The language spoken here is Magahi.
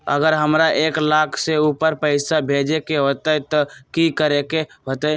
अगर हमरा एक लाख से ऊपर पैसा भेजे के होतई त की करेके होतय?